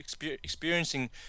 experiencing